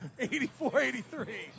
84-83